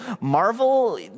marvel